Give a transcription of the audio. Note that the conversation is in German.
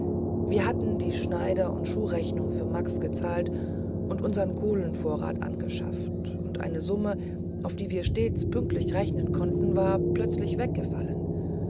wir hatten die schneider und schuhrechnung für max gezahlt und unseren kohlenvorrat angeschafft und eine summe auf die wir stets pünktlich rechnen konnten war plötzlich weggefallen